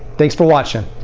thanks for watching.